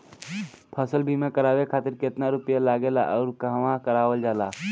फसल बीमा करावे खातिर केतना रुपया लागेला अउर कहवा करावल जाला?